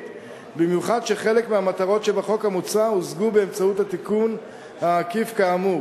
במיוחד שחלק מהמטרות שבחוק המוצע הושגו באמצעות התיקון העקיף כאמור.